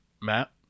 Matt